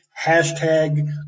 hashtag